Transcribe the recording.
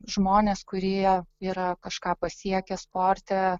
žmonės kurie yra kažką pasiekę sporte